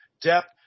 depth